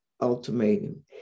ultimatum